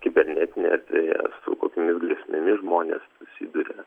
kibernetinėje erdvėje su kokiomis grėsmėmis žmonės susiduria